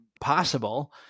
possible